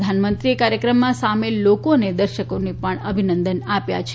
પ્રધાનમંત્રીએ કાર્યક્રમમાં સામેલ લોકો અને દર્શકોને પણ અભિનંદન આપ્યા છે